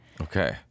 Okay